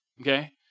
okay